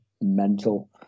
mental